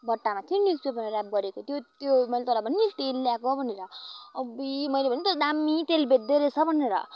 बट्टामा थियो नि न्युज पेपरमा ऱ्याप गरेको त्यो त्यो मैले तँलाई भनेँ नि तेल ल्याएको भनेर अब्बुई मैले भनेँ त्यो दाम्मी तेल बेच्दै रहेछ भनेर अब्बुई